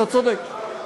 הגוף דוחה, אתה צודק.